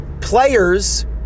players